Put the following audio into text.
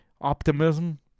optimism